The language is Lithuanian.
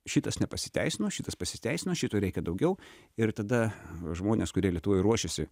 šitas nepasiteisino šitas pasiteisino šito reikia daugiau ir tada žmonės kurie lietuvoj ruošėsi